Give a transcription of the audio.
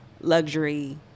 luxury